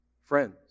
Friends